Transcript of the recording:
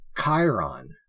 Chiron